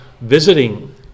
visiting